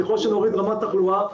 ככל שנוריד רמת תחלואה,